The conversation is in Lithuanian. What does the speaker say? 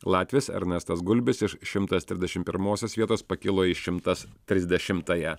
latvis ernestas gulbis iš šimtas trisdešim pirmosios vietos pakilo į šimtas trisdešimąją